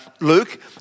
Luke